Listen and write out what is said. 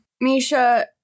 Misha